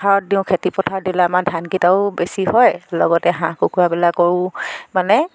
পথাৰত দিওঁ খেতি পথাৰত দিলে আমাৰ ধানকেইটাও আমাৰ বেছি হয় লগতে হাঁহ কুকুৰাবিলাকৰো মানে